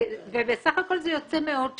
ובסך הכול זה יוצא מאות שקלים.